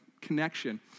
connection